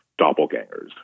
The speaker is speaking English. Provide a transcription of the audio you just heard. doppelgangers